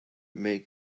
make